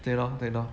对 lor 对 lor